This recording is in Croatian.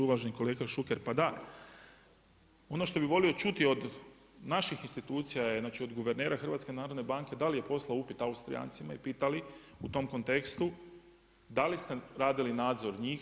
Uvaženi kolega Šuker, pa da ono što bih volio čuti od naših institucija je, znači od guvernera HNB-a da li je poslao upit Austrijancima i pita li u tom kontekstu da li ste radili nadzor njih?